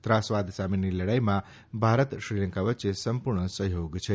ત્રાસવાદ સામેની લડાઈમાં ભારત શ્રીલંકા વચ્ચે સંપુર્ણ સહયોગ છે